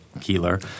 Keeler